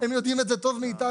הם יודעים את זה טוב מאתנו.